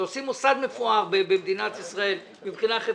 שעושים מוסד מפואר במדינת ישראל מבחינה חברתית,